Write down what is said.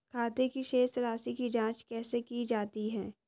खाते की शेष राशी की जांच कैसे की जाती है?